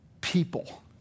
people